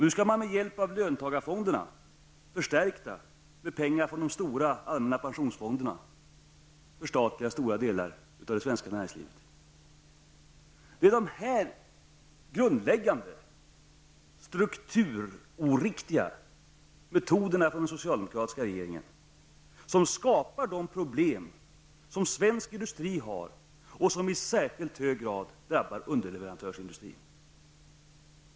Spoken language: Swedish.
Nu skall man med hjälp av löntagarfonderna, förstärkta med pengar från de stora, allmänna pensionsfonderna, förstatliga stora delar av det svenska näringslivet. Det är dessa grundläggande, strukturoriktiga metoderna som används av den socialdemokratiska regeringen vilka skapar de problem som svensk industri har och som i särskilt hög grad drabbar underleverantörsindustrin.